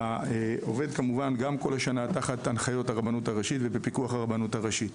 עובד כמובן גם כל השנה תחת הנחיות הרבנות הראשית ובפיקוח הרבנות הראשית.